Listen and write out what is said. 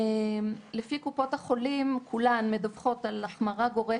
כל קופות החולים מדווחות על החמרה גורפת,